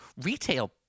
retail